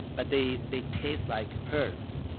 but they they taste like earth.